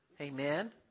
Amen